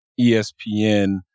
ESPN